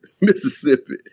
Mississippi